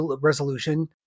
resolution